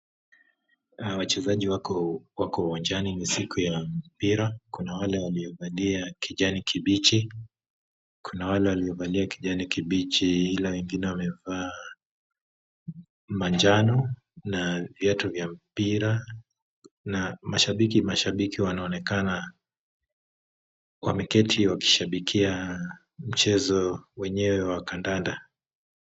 Wachezaji wako uwanjani ni siku ya mpira. Kuna wale waliovalia kijani kibichi ila wengine wamevaa manjano na viatu vya mpira na mashabiki wanaonekana wameketi wakishabikia mchezo wenyewe wa kandanda.